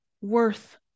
worth